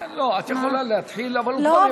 את יכולה להתחיל, הוא כבר יבוא.